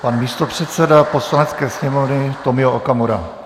Pan místopředseda Poslanecké sněmovny Tomio Okamura.